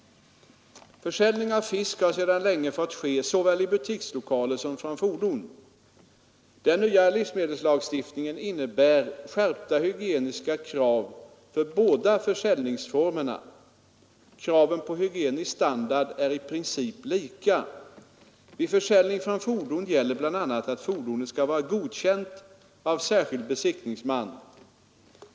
Försäljning av fisk har sedan länge fått ske såväl i butikslokaler som från fordon. Den nya livsmedelslagstiftningen innebär skärpta hygieniska krav för båda försäljningsformerna. Kraven på hygienisk standard är i princip lika. Vid försäljning från fordon gäller bl.a. att fordonet skall vara godkänt av särskild besiktningsman.